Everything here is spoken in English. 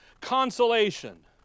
Consolation